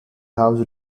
house